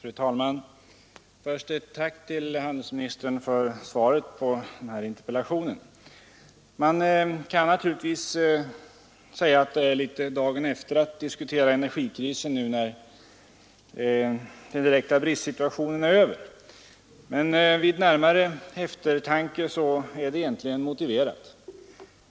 Fru talman! Först ett tack till handelsministern för svaret på den här interpellationen. Man kan naturligtvis säga att det är litet av dagen efter att diskutera energikrisen nu när den direkta bristsituationen är över. Men vid närmare eftertanke finner man att det egentligen är motiverat.